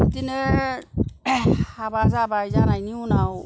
बिदिनो हाबा जाबाय जानायनि उनाव